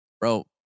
Bro